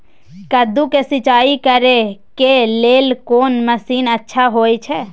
कद्दू के सिंचाई करे के लेल कोन मसीन अच्छा होय छै?